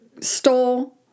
stole